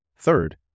Third